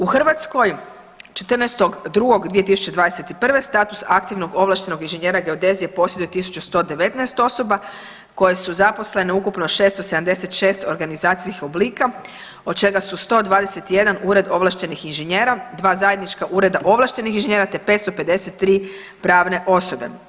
U Hrvatskoj 14.2.2021. status aktivnog ovlaštenog inženjera geodezije posjeduje 119 osoba koje su zaposlene ukupno 676 organizacijskih oblika od čega su 121 ured ovlaštenih inženjera, dva zajednička ureda ovlaštenih inženjera, te 553 pravne osobe.